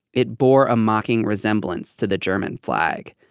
it bore a mocking resemblance to the german flag.